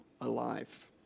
alive